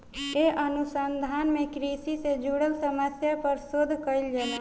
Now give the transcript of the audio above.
ए अनुसंधान में कृषि से जुड़ल समस्या पर शोध कईल जाला